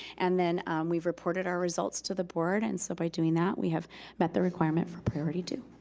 and then we've reported our results to the board and so by doing that we have met the requirement for priority two.